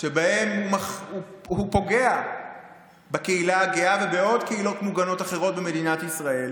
שבהם הוא פוגע בקהילה הגאה ובעוד קהילות מוגנות אחרות במדינת ישראל,